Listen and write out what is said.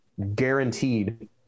guaranteed